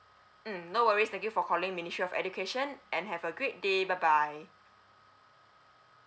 mm no worries thank you for calling ministry of education and have a great day bye bye